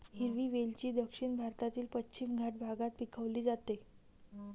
हिरवी वेलची दक्षिण भारतातील पश्चिम घाट भागात पिकवली जाते